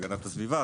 הגנת הסביבה,